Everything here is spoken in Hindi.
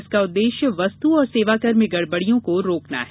इसका उद्देश्य वस्तु और सेवाकर में गड़बड़ियों को रोकना है